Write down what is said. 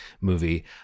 movie